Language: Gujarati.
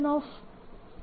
dl0 છે